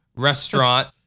restaurant